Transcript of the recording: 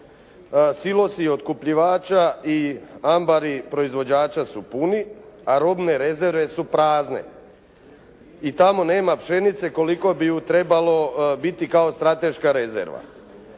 Silosi otkupljivača i ambari proizvođača su puni a robne rezerve su prazne. I tamo nema pšenice koliko bi trebalo biti kao strateška rezerva.